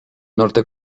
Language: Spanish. norte